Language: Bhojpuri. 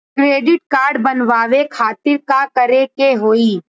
क्रेडिट कार्ड बनवावे खातिर का करे के होई?